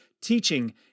teaching